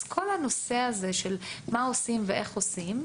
אז כל הנושא הזה של מה עושים ואיך עושים,